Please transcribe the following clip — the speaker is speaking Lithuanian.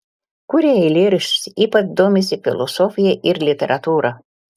kuria eilėraščius ypač domisi filosofija ir literatūra